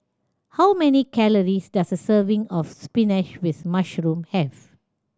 how many calories does a serving of spinach with mushroom have